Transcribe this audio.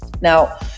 Now